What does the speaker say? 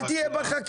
אל תהיה בחקירה,